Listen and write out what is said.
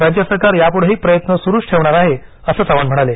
राज्य सरकार यापुढेही प्रयत्न सुरूच ठेवणार आहे असं चव्हाण म्हणाले